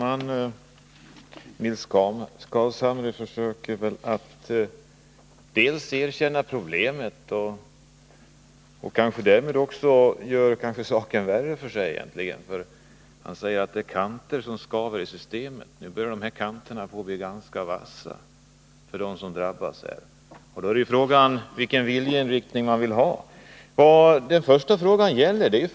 Fru talman! Nils Carlshamre erkänner problemet men gör det kanske därmed värre än det är. Han säger att det är kanter som skaver i systemet. Dessa kanter börjar bli ganska vassa för dem som drabbas. Vad det gäller är Nr 22 vilken viljeinriktning man vill ha. Onsdagen den Den första frågan gäller yppandedatum.